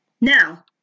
Now